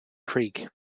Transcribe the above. creek